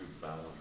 balance